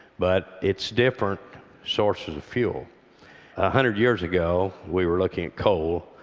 but it's different sources of fuel. a hundred years ago we were looking at coal,